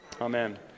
amen